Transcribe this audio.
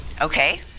Okay